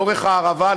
לאורך הערבה,